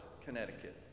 Connecticut